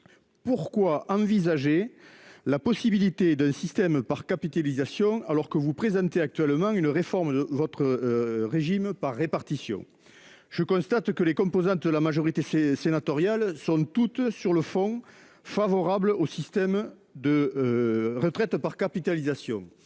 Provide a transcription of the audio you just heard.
pourquoi envisager la possibilité d'un système par capitalisation alors que vous nous présentez actuellement une réforme du régime par répartition ? Je constate que les composantes de la majorité sénatoriale sont toutes, sur le fond, favorables au système de retraite par capitalisation.